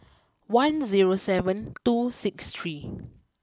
one zero seven two six three